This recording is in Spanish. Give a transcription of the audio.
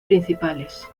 principales